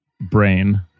brain